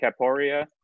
Caporia